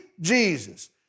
Jesus